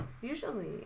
usually